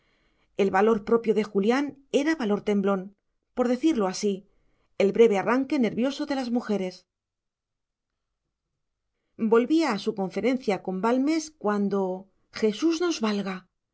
el valor propio de julián era valor temblón por decirlo así el breve arranque nervioso de las mujeres volvía a su conferencia con balmes cuando jesús nos valga